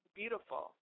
beautiful